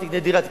אל תקנה דירה,